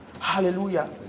hallelujah